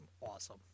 awesome